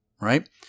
right